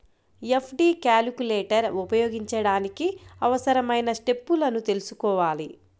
FD calculator ఉపయోగించడానికి అవసరమైన స్టెప్పులను తెల్సుకోవాలి